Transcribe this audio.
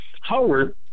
Howard